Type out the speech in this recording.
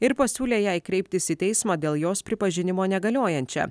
ir pasiūlė jai kreiptis į teismą dėl jos pripažinimo negaliojančia